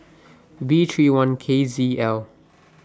V thirty one K Z L